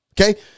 Okay